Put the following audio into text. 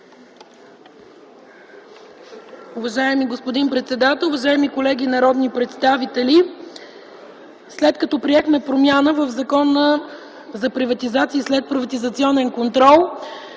Уважаеми господин председател, уважаеми колеги народни представители, след като приехме промяна в Закона за приватизация и следприватизационен контрол,